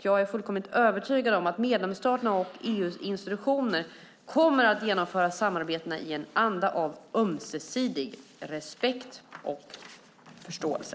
Jag är fullkomligt övertygad om att medlemsstaterna och EU:s institutioner kommer att genomföra samarbetena i en anda av ömsesidig respekt och förståelse.